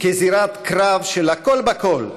כזירת קרב של הכול בכול,